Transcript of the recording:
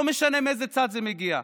לא משנה מאיזה צד זה מגיע,